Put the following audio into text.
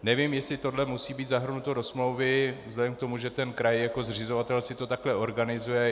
Nevím, jestli tohle musí být zahrnuto do smlouvy vzhledem k tomu, že kraj jako zřizovatel si to takhle organizuje.